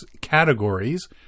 categories